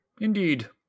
indeed